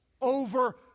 over